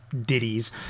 ditties